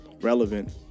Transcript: Relevant